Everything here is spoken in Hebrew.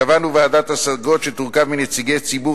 קבענו ועדת השגות שתורכב מנציגי ציבור